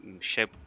shape